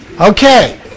Okay